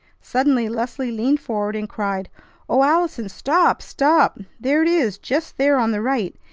suddenly leslie leaned forward, and cried o allison, stop! stop! there it is, just there on the right.